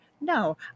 No